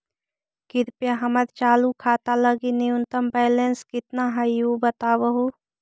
कृपया हमर चालू खाता लगी न्यूनतम बैलेंस कितना हई ऊ बतावहुं